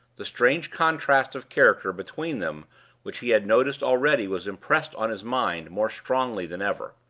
the strange contrast of character between them which he had noticed already was impressed on his mind more strongly than ever.